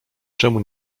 czemu